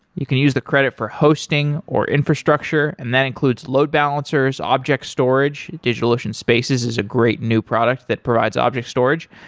you can use the credit for hosting, or infrastructure and that includes load balancers, object storage, digitalocean spaces is a great new product that provides object storage,